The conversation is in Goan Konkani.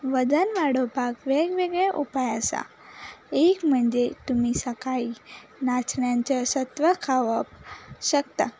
वजन वाडोवपाक वेग वेगळे उपाय आसा एक म्हणजे तुमी सकाळीं नाचण्यांचें सत्व खावप शकता